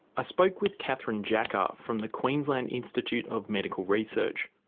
i spoke with catherine jacka from the queensland institute of medical research.